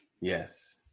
Yes